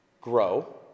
grow